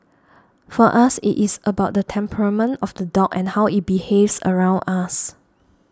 for us it is about the temperament of the dog and how it behaves around us